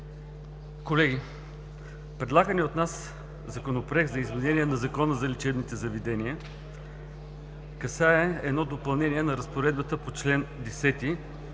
Колеги, предлаганият от нас Законопроект за изменение на Закона за лечебните заведения касае едно допълнение на разпоредбата по чл. 106а,